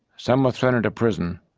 some were thrown into prison.